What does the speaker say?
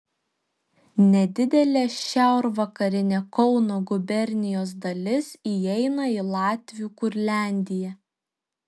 nedidelė šiaurvakarinė kauno gubernijos dalis įeina į latvių kurliandiją